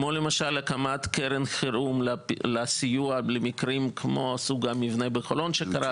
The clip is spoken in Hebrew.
או למשל הקמת קרן חירום לסיוע למקרים כמו המקרה של המבנה בחולון.